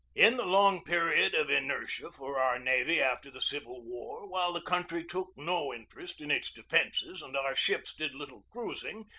in the long period of inertia for our navy after the civil war, while the country took no interest in its defences and our ships did little cruising,